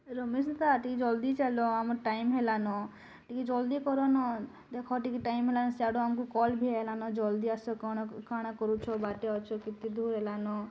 ରମେଶ ଦା ଟିକେ ଜଲଦି ଚାଲ ଆମର ଟାଇମ ହେଲାନ ଟିକେ ଜଲଦି କରନ ଦେଖ ଟିକେ ଟାଇମ ହେଲନ ସିଆଡ଼ୁ ଆମକୁ କଲ ଭି ଆଇଲାନ ଜଲଦି ଆସ କ'ଣ କାଣା କରୁଛ ବାଟେ ଅଛ କେତେ ଧୂର ହେଲାନ